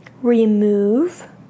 Remove